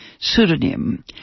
pseudonym